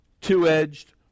two-edged